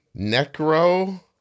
necro